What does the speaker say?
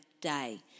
day